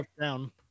down